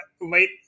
late